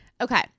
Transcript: Okay